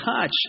touch